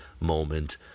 moment